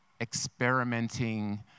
experimenting